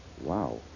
Wow